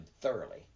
thoroughly